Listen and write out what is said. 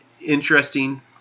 interesting